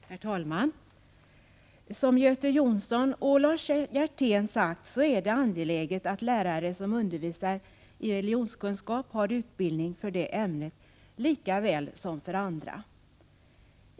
Herr talman! Som Göte Jonsson och Lars Hjertén har sagt är det angeläget att lärare som undervisar i religionskunskap har utbildning för detta ämne, lika väl som andra.